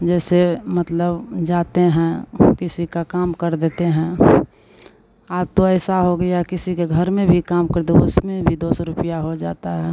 जैसे मतलब जाते हैं किसी का काम कर देते हैं अब तो ऐसा हो गया किसी के घर में भी काम कर दो उसमें भी दो सौ रुपया हो जाता है